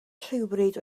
rhywbryd